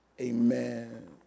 Amen